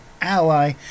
ally